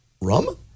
rum